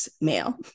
male